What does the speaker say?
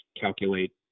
calculate